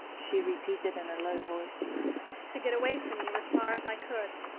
she repeated in a low voice to get away from you as far as i could.